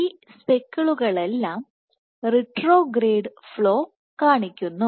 ഈ സ്പെക്കിളുകളെല്ലാം retrograde flow കാണിക്കുന്നു